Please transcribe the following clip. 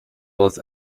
was